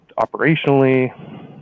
operationally